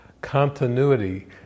continuity